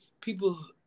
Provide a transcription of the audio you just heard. people